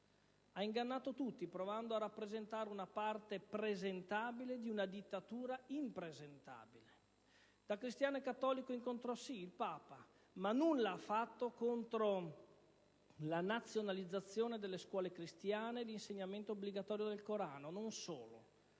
Ha ingannato tutti, provando a rappresentare la parte presentabile di una dittatura impresentabile. Da cristiano e cattolico incontrò il Papa, ma nulla ha fatto contro la nazionalizzazione delle scuole cristiane e l'insegnamento obbligatorio del Corano. Non solo: